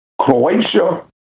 Croatia